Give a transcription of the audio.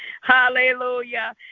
Hallelujah